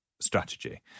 Strategy